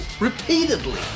Repeatedly